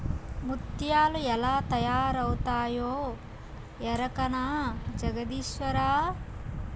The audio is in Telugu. ముత్యాలు ఎలా తయారవుతాయో ఎరకనా జగదీశ్వరా